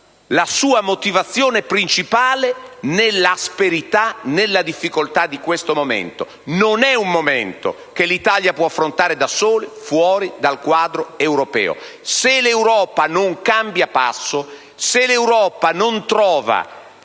la sua motivazione principale nell'asperità e nella difficoltà di questo momento. Non è un momento che l'Italia può affrontare da sola fuori dal quadro europeo. Se l'Europa non cambia passo, se non trova